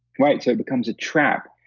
right? so, it becomes a trap.